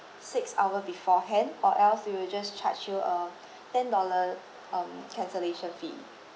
six hours beforehand or else we will just charge you a ten dollars um cancellation fee